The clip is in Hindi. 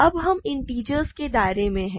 अब हम इंटिजर के दायरे में हैं